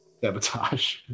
sabotage